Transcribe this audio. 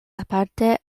aparte